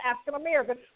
African-Americans